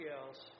else